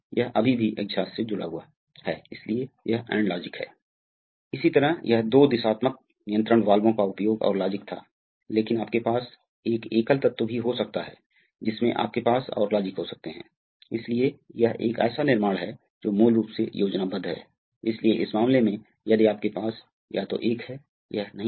यह तरल पदार्थ है अतः हम इसे प्राप्त कर रहे हैं इसी तरह यदि आप दबाव को देखते हैं यदि आप दबाव को देखते हैं तो आप पाएंगे कि अतः आप देखते हैं मान लीजिए एक दिलचस्प बात यह है कि मान लीजिए कि A 05 के बराबर है या A a 2 के बराबर है ठीक है